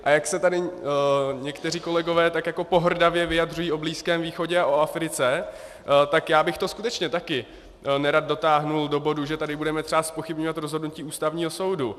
A jak se tady někteří kolegové tak jako pohrdavě vyjadřují o Blízkém východě a o Africe, tak já bych to skutečně taky nerad dotáhl do bodu, že tady budeme třeba zpochybňovat rozhodnutí Ústavního soudu.